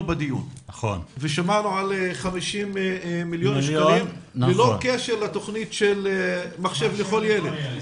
בדיון ושמענו על 50 מיליון שקלים ללא קשר לתוכנית של מחשב לכל ילד.